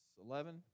eleven